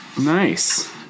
Nice